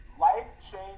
life-changing